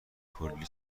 کلی